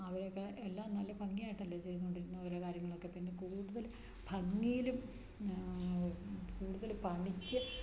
അവരൊക്കെ എല്ലാം നല്ല ഭംഗിയായിട്ടല്ലേ ചെയ്തോണ്ടിരുന്നത് ഓരോ കാര്യങ്ങളൊക്കെ പിന്നെ കൂടുതല് ഭംഗിയിലും കൂടുതല് പണിക്ക്